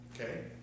Okay